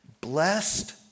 Blessed